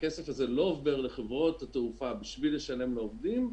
הכסף הזה לא עובר לחברות התעופה כדי לשלם לעובדים,